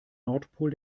nordpol